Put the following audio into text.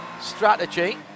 strategy